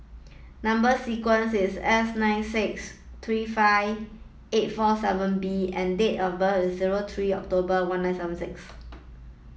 number sequence is S nine six three five eight four seven B and date of birth is zero three October one nine seven six